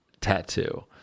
tattoo